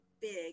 big